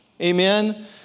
Amen